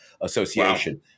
association